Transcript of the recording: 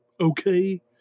Okay